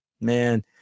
man